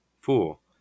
Fool